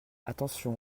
attention